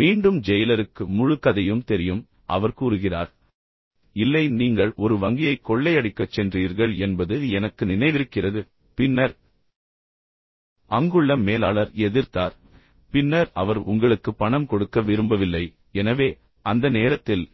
மீண்டும் ஜெயிலருக்கு முழு கதையும் தெரியும் அவர் கூறுகிறார் இல்லை நீங்கள் ஒரு வங்கியைக் கொள்ளையடிக்கச் சென்றீர்கள் என்பது எனக்கு நினைவிருக்கிறது பின்னர் அங்குள்ள மேலாளர் எதிர்த்தார் பின்னர் அவர் உங்களுக்கு பணம் கொடுக்க விரும்பவில்லை எனவே அந்த நேரத்தில்